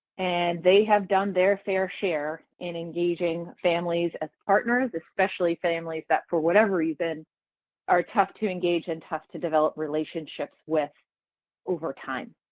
and they have done their fair share in engaging families as partners, especially families that for whatever reason are tough to engage and tough to development relationships with over time.